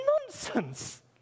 nonsense